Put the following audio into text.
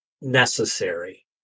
necessary